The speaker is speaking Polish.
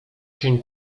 się